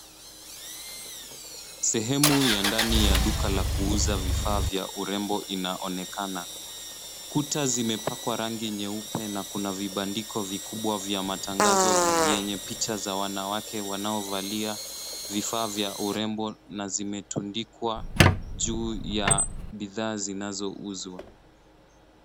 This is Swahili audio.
Sehemu ya ndani ya duka la kuuza vifaa vya urembo inaonekana. Kuta zimepakwa rangi nyeupe na kuna vibandiko vikubwa vya matangazo vyenye picha za wanawake wanaovalia vifaa vya urembo na zimetundikwa juu ya bidhaa zinazouzwa.